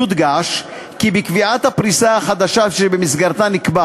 יודגש כי בקביעת הפריסה החדשה שבמסגרתה נקבע